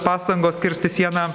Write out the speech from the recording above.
pastangos kirsti sieną